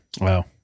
Wow